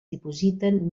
dipositen